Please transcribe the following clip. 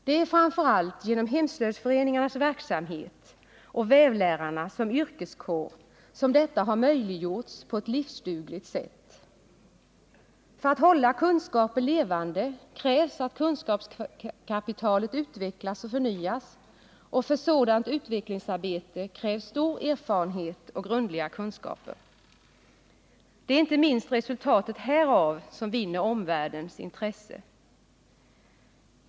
Det är framför allt genom hemslöjdsföreningarnas verksamhet och vävlärarna som yrkeskår som detta har möjliggjorts på ett livsdugligt sätt. För att hålla kunskaper levande krävs att kunskapskapitalet utvecklas och förnyas, och för sådant utvecklingsarbete krävs stor erfarenhet och grundliga kunskaper. Det är inte minst resultatet härav som vinner omvärldens intresse.